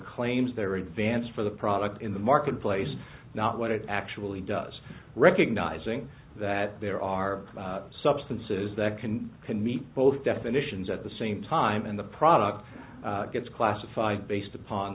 claims there are advance for the product in the marketplace not what it actually does recognizing that there are substances that can can meet both definitions at the same time and the product gets classified based upon